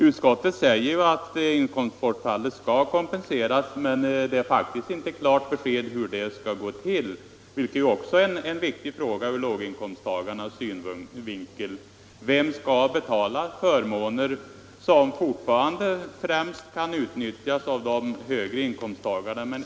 Utskottet säger att inkomstbortfallet skall kompenseras, men det föreligger faktiskt inte något klart besked om hur detta skall gå till. Det är ju också en viktig fråga ur låginkomsttagarnas synvinkel. Vem skall betala de förmåner som fortfarande främst kan utnyttjas endast av de högre inkomsttagarna?